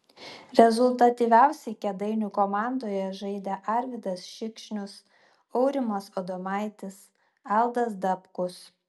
rezultatyviausiai kėdainių komandoje žaidė arvydas šikšnius aurimas adomaitis aldas dabkus